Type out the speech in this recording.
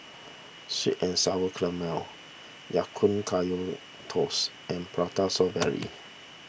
Sweet and Sour Calamari Ya Kun Kaya Toast and Prata Strawberry